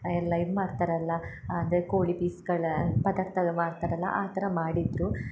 ಎಲ್ಲಾ ಇದು ಮಾಡ್ತಾರಲ್ಲ ಅಂದರೆ ಕೋಳಿ ಪೀಸ್ಗಳ ಪದಾರ್ಥ ಎಲ ಮಾಡ್ತಾರಲ್ಲಾ ಆ ಥರ ಮಾಡಿದ್ದರು